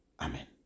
Amen